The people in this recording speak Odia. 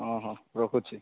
ହଁ ହଁ ରଖୁଛି